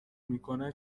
میکنه